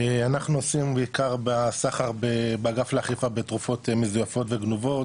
אנחנו עושים בעיקר בסחר באגף לאכיפה בתרופות מזויפות וגנובות,